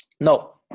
no